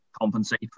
compensate